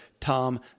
Tom